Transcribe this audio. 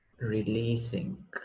releasing